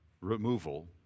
removal